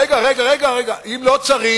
רגע, רגע, אם לא צריך,